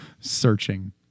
Searching